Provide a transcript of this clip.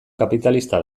kapitalista